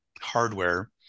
hardware